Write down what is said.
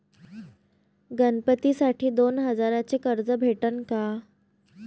गणपतीसाठी दोन हजाराचे कर्ज भेटन का?